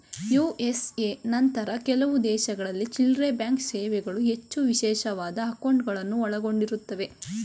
USA ನಂತಹ ಕೆಲವು ದೇಶಗಳಲ್ಲಿ ಚಿಲ್ಲ್ರೆಬ್ಯಾಂಕ್ ಸೇವೆಗಳು ಹೆಚ್ಚು ವಿಶೇಷವಾದ ಅಂಕೌಟ್ಗಳುನ್ನ ಒಳಗೊಂಡಿರುತ್ತವೆ